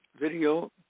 video